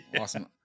Awesome